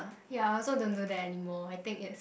ya I also don't do that anymore I take it